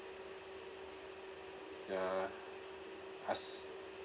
ya lah ask